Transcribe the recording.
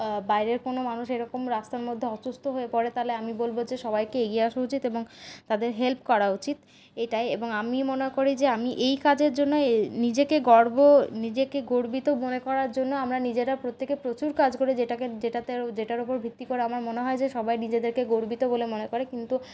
বাইরের কোনো মানুষ এরকম রাস্তার মধ্যে অসুস্থ হয়ে পড়ে তাহলে আমি বলবো যে সবাইকে এগিয়ে আসা উচিৎ এবং তাদের হেল্প করা উচিৎ এটাই এবং আমি মনে করি যে আমি এই কাজের জন্য নিজেকে গর্ব নিজেকে গর্বিত মনে করার জন্য আমরা নিজেরা প্রত্যেকে প্রচুর কাজ করি যেটাকে যেটাতে যেটার ওপর ভিত্তি করে আমার মনে হয় যে সবাই নিজেদেরকে গর্বিত বলে মনে করে কিন্তু